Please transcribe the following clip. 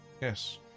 Yes